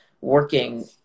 working